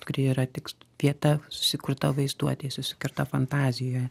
kuri yra tik s vieta susikurta vaizduotėj susikerta fantazijoje